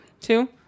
Two